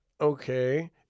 Okay